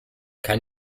kann